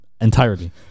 entirely